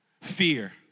fear